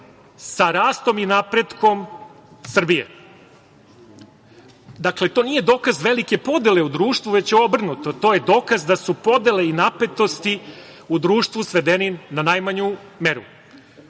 sa rastom i napretkom Srbije. Dakle, to nije dokaz velike podele u društvu, već obrnuto. To je dokaz da su podele i napetosti u društvu svedeni na najmanju meru.